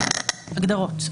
הגדרות.